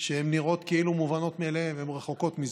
והן נראות כאילו מובנות מאליהן והן רחוקות מזה.